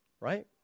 right